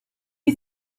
you